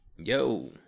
yo